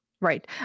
Right